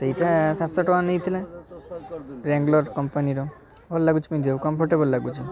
ସେଇଟା ସାତଶହ ଟଙ୍କା ନେଇଥିଲା ରାଙ୍ଗଲୋର କମ୍ପାନୀର ଭଲ ଲାଗୁଛି ପିନ୍ଧିବାକୁ କମ୍ଫରଟେବଲ୍ ଲାଗୁଛି